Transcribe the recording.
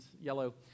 yellow